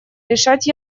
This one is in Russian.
решать